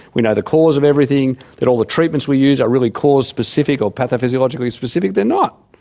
we know the cause of everything, that all the treatments we use are really cause specific or pathophysiologically specific, they're not.